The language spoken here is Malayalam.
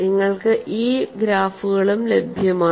നിങ്ങൾക്ക് ഈ ഗ്രാഫുകളും ലഭ്യമാണ്